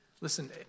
Listen